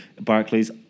Barclays